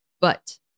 but-